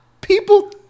people